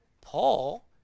Paul